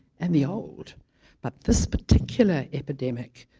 and the old but this particular epidemic,